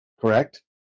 correct